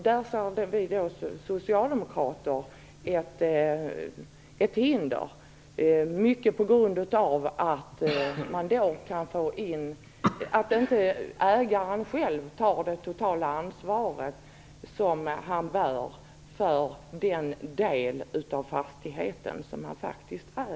Där ser vi socialdemokrater ett problem, eftersom ägaren då inte själv tar det totala ansvaret för den del av fastigheten som han faktiskt äger.